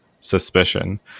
suspicion